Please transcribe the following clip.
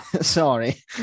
Sorry